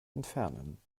entfernen